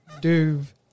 Dove